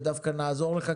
ודווקא נעזור לך,